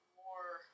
more